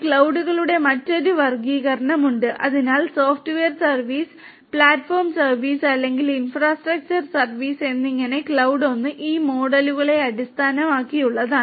മേഘങ്ങളുടെ മറ്റൊരു വർഗ്ഗീകരണമുണ്ട് അതിനാൽ സോഫ്റ്റ്വെയർ സർവീസ് പ്ലാറ്റ്ഫോം സർവീസ് അല്ലെങ്കിൽ ഇൻഫ്രാസ്ട്രക്ചർ സർവീസ് എന്നിങ്ങനെ ക്ലൌഡ് ഒന്ന് ഈ മോഡലുകളെ അടിസ്ഥാനമാക്കിയുള്ളതാണ്